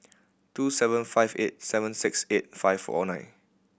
two seven five eight seven six eight five O nine